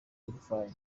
y’urufaya